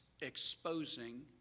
exposing